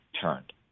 turned